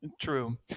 True